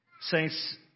Saints